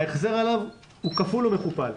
ההחזר עליו הוא כפול ומכופל.